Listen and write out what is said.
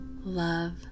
love